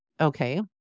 okay